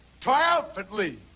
triumphantly